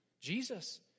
Jesus